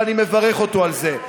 ואני מברך אותו על זה.